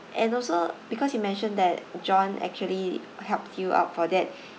and also because you mentioned that john actually helped you out for that